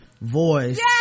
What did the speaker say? voice